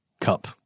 cup